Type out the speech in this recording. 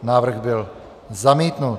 Návrh byl zamítnut.